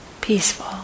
peaceful